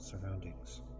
surroundings